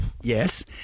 Yes